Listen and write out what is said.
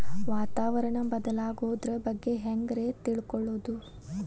ವಾತಾವರಣ ಬದಲಾಗೊದ್ರ ಬಗ್ಗೆ ಹ್ಯಾಂಗ್ ರೇ ತಿಳ್ಕೊಳೋದು?